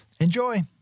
Enjoy